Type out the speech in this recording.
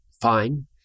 fine